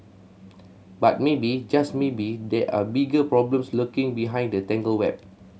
but maybe just maybe there are bigger problems lurking behind the tangled web